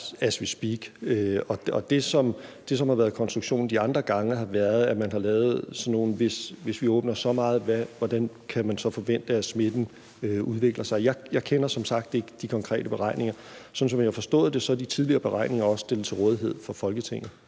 as we speak. Det, som har været konstruktionen de andre gange, har været, at man har sagt: Hvis vi åbner så meget, hvordan kan vi så forvente at smitten udvikler sig? Jeg kender som sagt ikke de konkrete beregninger. Sådan som jeg har forstået det, er de tidligere beregninger også stillet til rådighed for Folketinget,